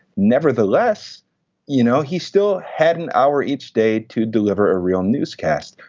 nevertheless you know he still had an hour each day to deliver a real newscast.